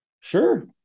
Sure